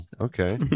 Okay